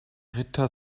ritter